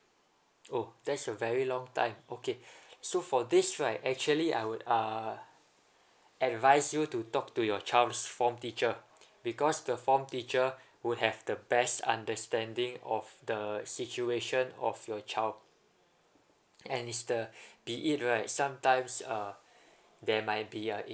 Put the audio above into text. oh that's a very long time okay so for this right actually I would uh advise you to talk to your child's form teacher because the form teacher would have the best understanding of the situation of your child and it's the be it right sometimes uh there might be a